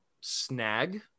snag